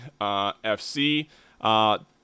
FC